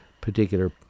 particular